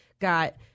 got